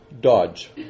Dodge